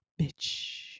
bitch